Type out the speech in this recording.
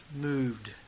moved